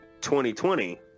2020